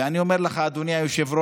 ואני אומר לך, אדוני היושב-ראש: